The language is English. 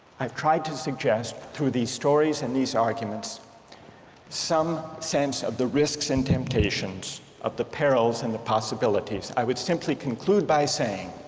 i've tried to suggest through theses stories and these arguments some sense of the risks and temptations of the perils and the possibilities i would simply conclude by saying